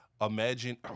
imagine